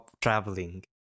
traveling